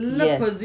yes